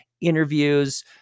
interviews